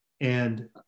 and-